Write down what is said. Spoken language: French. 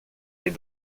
les